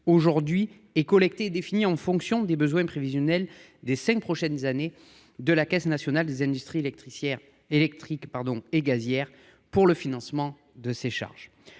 actuellement collectée et définie « en fonction des besoins prévisionnels des cinq prochaines années de la Caisse nationale des industries électriques et gazières pour le financement des charges